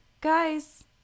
guys